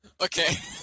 okay